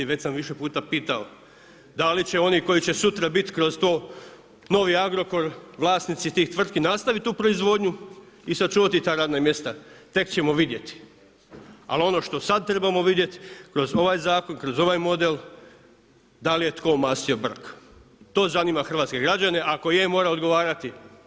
Već sam više puta pitao da li će oni koji će sutra biti kroz to novi Agrokor, vlasnici tih tvrtki nastaviti tu proizvodnju i sačuvati ta radna mjesta, tek ćemo vidjeti, ali ono što sad trebamo vidjet kroz ovaj zakon, kroz ovaj model da li je tko omastio brk, to zanima hrvatske građane, ako je mora odgovarati.